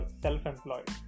self-employed